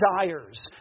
desires